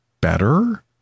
better